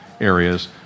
areas